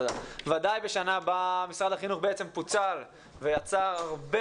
ודאי בשנה בה משרד החינוך פוצל ויצר הרבה